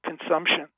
consumption